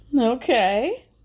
Okay